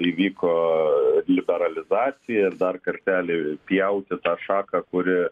įvyko liberalizacija dar kartelį pjauti šaką kuri